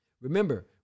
Remember